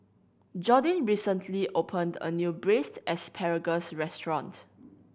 Jordyn recently opened a new Braised Asparagus restaurant